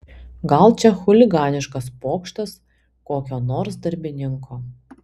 gal čia chuliganiškas pokštas kokio nors darbininko